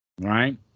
Right